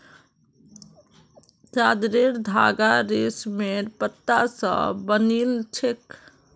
चादरेर धागा रेशमेर पत्ता स बनिल छेक